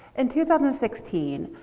in two thousand and sixteen,